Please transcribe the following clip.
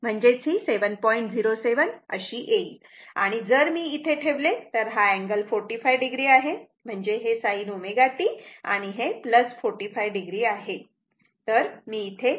07 अशी येईल आणि जर मी इथे ठेवले तर हा अँगल 45 o आहे म्हणजे हे sin ω t आणि 45 o आहे